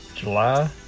July